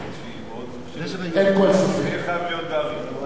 זה חייב להיות באריכות.